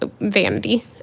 vanity